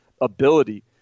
ability